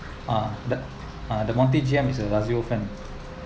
uh the uh the monty's G_M is a lazio fan